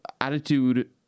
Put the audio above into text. attitude